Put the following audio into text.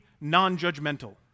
non-judgmental